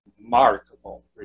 remarkable